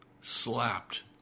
slapped